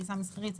"טיסה מסחרית",